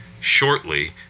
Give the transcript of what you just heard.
shortly